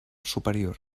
superior